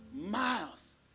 miles